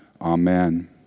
Amen